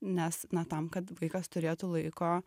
nes na tam kad vaikas turėtų laiko